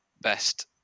Best